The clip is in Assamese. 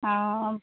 অঁ